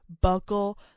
buckle